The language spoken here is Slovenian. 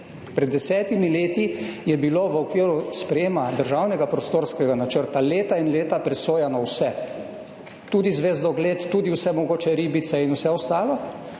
Pred 10 leti je bilo v okviru sprejetja Državnega prostorskega načrta leta in leta presojano vse, tudi zvezdogled, tudi vse mogoče ribice in vse ostalo.